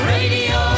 Radio